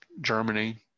Germany